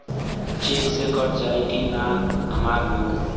Check से cut जाई की ना हमार लोन?